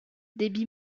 débit